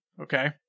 okay